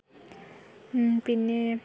പിന്നേ